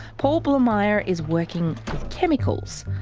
paul blamire is working with chemicals.